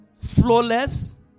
flawless